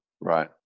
Right